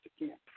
again